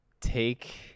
take